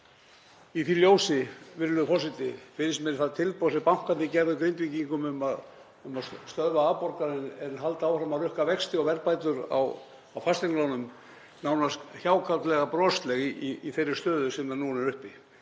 Í því ljósi, virðulegur forseti, finnst mér það tilboð sem bankarnir gerðu Grindvíkingum um að stöðva afborganir en halda áfram að rukka vexti og verðbætur á fasteignalánum nánast hjákátlega broslegt í þeirri stöðu sem núna er uppi.